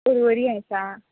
परवरी आसा